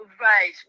Right